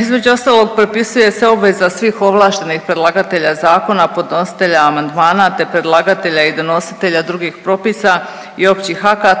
Između ostalog propisuje se obveza svih ovlaštenih predlagatelja zakona, podnositelja amandmana, te predlagatelja i donositelja drugih propisa i općih akata